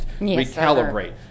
Recalibrate